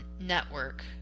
network